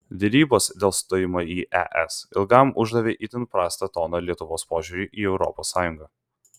derybos dėl stojimo į es ilgam uždavė itin prastą toną lietuvos požiūriui į europos sąjungą